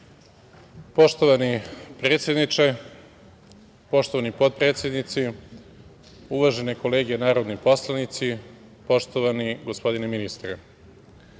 Poštovani predsedniče, poštovani potpredsednici, uvažene kolege narodni poslanici, poštovani gospodine ministre,